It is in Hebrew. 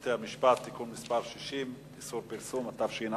בתי-המשפט (תיקון מס' 60) (איסור פרסום), התש"ע